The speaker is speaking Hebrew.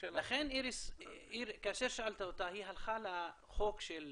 לכן איריס, כאשר שאלת אותה היא הלכה לחוק של